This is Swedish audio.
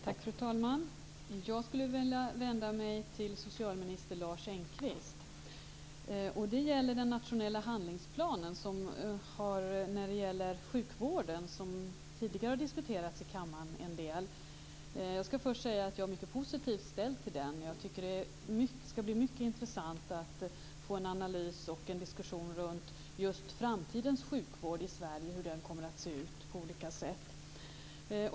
Fru talman! Jag skulle vilja vända mig till socialminister Lars Engqvist. Det gäller den nationella handlingsplanen för sjukvården som tidigare har diskuterats i kammaren en del. Jag skall först säga att jag är mycket positivt ställd till den. Jag tycker att det skall bli mycket intressant att få en analys och en diskussion runt just framtidens sjukvård i Sverige och runt hur den kommer att se ut.